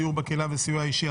דיור בקהילה וסיוע אישי),